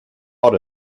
ought